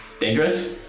Dangerous